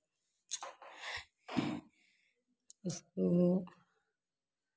उसको